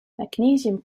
magnesium